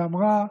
אמרה: